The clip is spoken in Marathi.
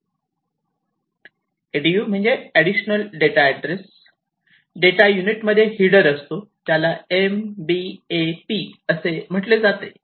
ADU application data address data unit मध्ये हिडर असतो त्याला MBAP असे म्हटले जाते